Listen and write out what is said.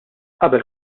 qabel